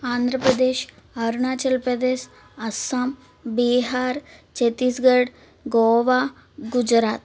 Andhra Pradesh Arunachal Pradesh Assam Bihar Chhattisgarh Goa Gujarat